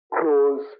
close